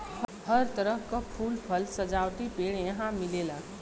हर तरह क फूल, फल, सजावटी पेड़ यहां मिलेला